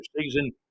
season